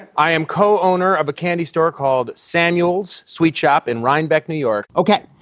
i am co-owner of a candy store called samuel's sweet shop in rhinebeck, new york ok,